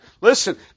Listen